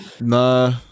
nah